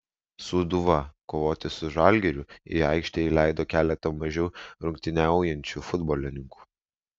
sūduva kovoti su žalgiriu į aikštę įleido keletą mažiau rungtyniaujančių futbolininkų